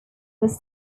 was